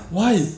why